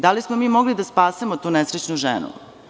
Da li smo mi mogli da spasemo tu nesrećnu ženu?